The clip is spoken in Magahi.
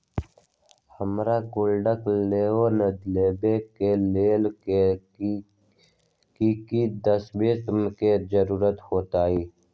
हमरा गोल्ड लोन लेबे के लेल कि कि दस्ताबेज के जरूरत होयेत?